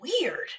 weird